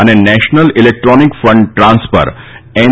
અને national electronic fund transfer N